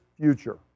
future